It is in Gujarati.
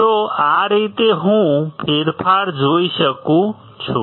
તો આ રીતે હું ફેરફાર જોઈ શકું છું